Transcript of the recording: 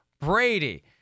Brady